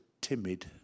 timid